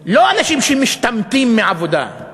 לא אנשים שמשתמטים מעבודה.